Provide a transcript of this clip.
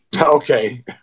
Okay